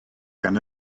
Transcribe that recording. gan